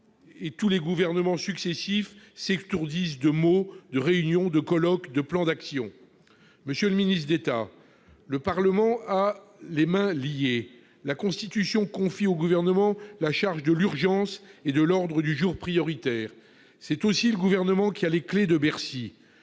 tous les gouvernements successifs s'étourdissent de mots, de réunions, de colloques, de plans d'action. Monsieur le ministre d'État, le Parlement a les mains liées ; la Constitution confie au Gouvernement la charge de l'urgence et de l'ordre du jour prioritaire. C'est aussi le Gouvernement qui a les clefs de Bercy.